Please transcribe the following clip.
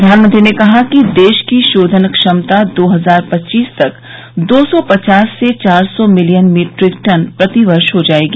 प्रधानमंत्री ने कहा कि देश की शोधन क्षमता दो हजार पच्चीस तक दो सौ पचास से चार सौ मिलियन मीट्रिक टन प्रतिवर्ष हो जाएगी